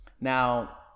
Now